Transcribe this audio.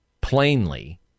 plainly